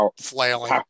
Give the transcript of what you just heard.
flailing